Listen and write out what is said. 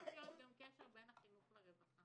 צריך להיות גם קשר בין החינוך לרווחה.